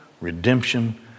redemption